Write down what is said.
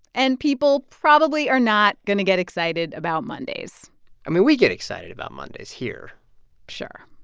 and people probably are not going to get excited about mondays i mean, we get excited about mondays here sure.